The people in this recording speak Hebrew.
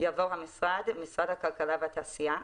יבוא: ""המשרד" משרד הכלכלה והתעשייה,